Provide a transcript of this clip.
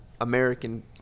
American